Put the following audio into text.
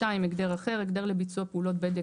(2) "הגדר אחר" - הגדר לביצוע פעולות בדק